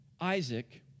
Isaac